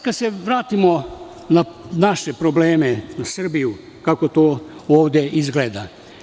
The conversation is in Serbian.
Kad se vratimo na naše probleme u Srbiji, kako to ovde izgleda?